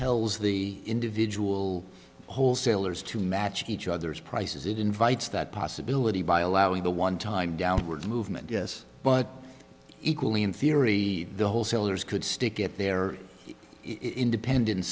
compels the individual wholesalers to match each other's prices it invites that possibility by allowing the one time downward movement yes but equally in theory the wholesalers could stick it their independen